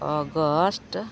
August